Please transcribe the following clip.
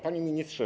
Panie Ministrze!